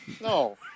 no